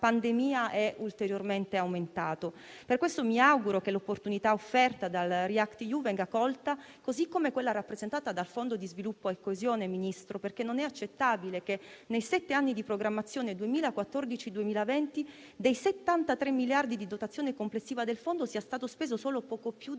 pandemia è ulteriormente aumentato. Per questo mi auguro che l'opportunità offerta dal React-EU venga colta, così come quella rappresentata dal Fondo di sviluppo e coesione, Ministro, perché non è accettabile che nei sette anni di programmazione 2014-2020, dei 73 miliardi di dotazione complessiva del fondo sia stato speso solo poco più del